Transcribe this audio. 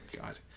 god